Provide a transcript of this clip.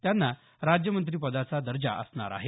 त्यांना राज्यमंत्रीपदाचा दर्जा असणार आहे